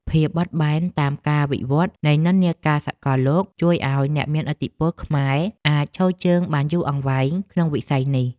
ភាពបត់បែនតាមការវិវឌ្ឍនៃនិន្នាការសកលលោកជួយឱ្យអ្នកមានឥទ្ធិពលខ្មែរអាចឈរជើងបានយូរអង្វែងក្នុងវិស័យនេះ។